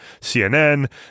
CNN